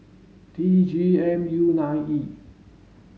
T G M U nine E